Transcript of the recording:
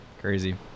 crazy